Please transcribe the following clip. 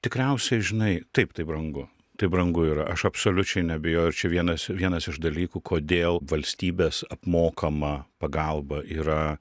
tikriausiai žinai taip tai brangu tai brangu yra aš absoliučiai neabejoju ir čia vienas vienas iš dalykų kodėl valstybės apmokama pagalba yra